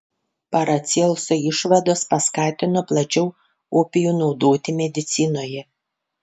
paracelso išvados paskatino plačiau opijų naudoti medicinoje